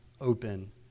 open